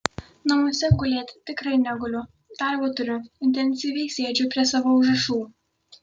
namuose gulėt tikrai neguliu darbo turiu intensyviai sėdžiu prie savo užrašų